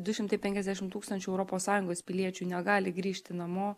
du šimtai penkiasdešim tūkstančių europos sąjungos piliečių negali grįžti namo